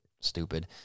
stupid